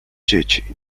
dzieci